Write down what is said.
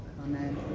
Amen